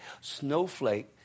Snowflake